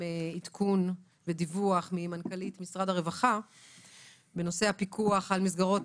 עדכון ודיווח ממנכ"לית משרד הרווחה בנושא הפיקוח על מסגרות